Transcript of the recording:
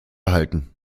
halten